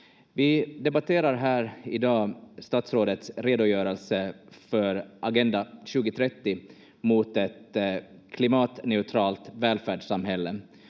Vi debatterar här i dag statsrådets redogörelse för Agenda 2030 Mot ett klimatneutralt välfärdssamhälle,